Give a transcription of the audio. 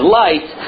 light